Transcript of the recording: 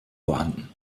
vorhanden